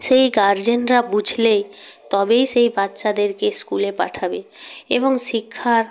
সেই গার্জেনরা বুঝলেই তবেই সেই বাচ্চাদেরকে স্কুলে পাঠাবে এবং শিক্ষার